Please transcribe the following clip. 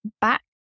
back